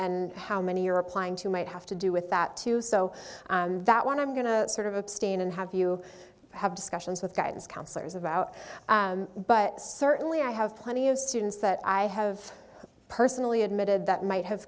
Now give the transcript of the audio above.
in how many you're applying to might have to do with that too so that when i'm going to sort of abstain and have you have discussions with guidance counselors about but certainly i have plenty of students that i have personally admitted that might have